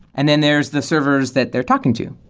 and then there's the servers that they're talking to,